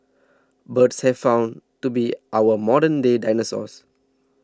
birds have been found to be our modern day dinosaurs